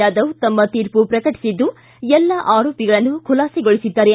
ಯಾದವ್ ತಮ್ಮ ತೀರ್ಮ ಪ್ರಕಟಿಸಿದ್ದು ಎಲ್ಲ ಆರೋಪಿಗಳನ್ನು ಖುಲಾಸೆಗೊಳಿಸಿದ್ದಾರೆ